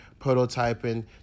prototyping